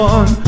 One